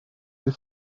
wir